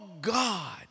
God